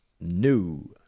New